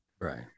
Right